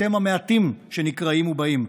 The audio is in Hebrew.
אתם המעטים שנקראים ובאים.